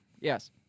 Yes